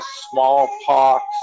smallpox